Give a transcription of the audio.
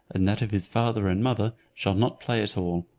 and that of his father and mother, shall not play at all.